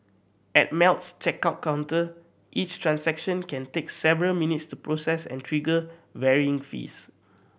at Melt's checkout counter each transaction can take several minutes to process and trigger varying fees